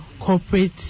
corporate